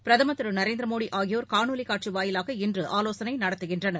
பிரதமர் திரு நரேந்திர மோடி ஆகியோர் காணொலி காட்சி வாயிலாக இன்று ஆலோசனை நடத்துகின்றனர்